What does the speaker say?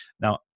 Now